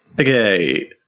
Okay